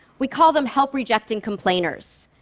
we call them help-rejecting complainers.